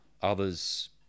others